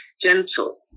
gentle